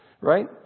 right